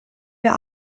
wir